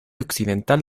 occidental